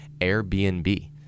Airbnb